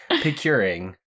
Procuring